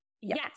Yes